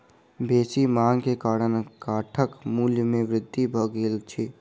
बेसी मांग के कारण काठक मूल्य में वृद्धि भ गेल अछि